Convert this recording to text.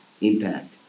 impact